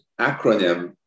acronym